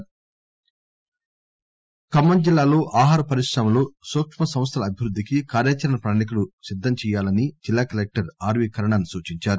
సూక్ష పరిశ్రమలు ఖమ్మం జిల్లాలో ఆహార పరిశ్రమల్లో సూక్క సంస్థల అభివృద్దికి కార్యాచరణ ప్రణాళికలు సిద్దం చేయాలని జిల్లా కలెక్టర్ ఆర్వీ కర్ణస్ సూచించారు